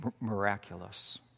miraculous